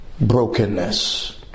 brokenness